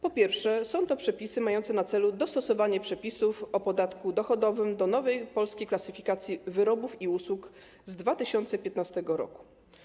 Po pierwsze, są to przepisy mające na celu dostosowanie przepisów o podatku dochodowym do nowej Polskiej Klasyfikacji Wyrobów i Usług z 2015 r.